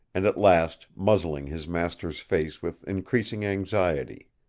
and at last muzzling his master's face with increasing anxiety.